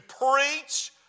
preach